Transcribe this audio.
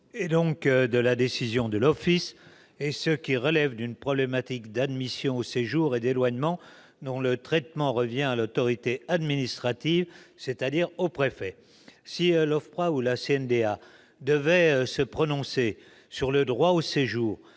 donc de la décision de l'OFPRA, et ce qui relève d'une problématique d'admission au séjour et d'éloignement, dont le traitement revient à l'autorité administrative, c'est-à-dire au préfet. Si l'OFPRA ou la CNDA devaient se prononcer sur le droit au séjour,